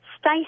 stay